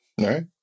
right